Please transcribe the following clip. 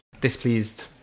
displeased